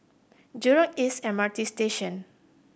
Jurong East M R T Station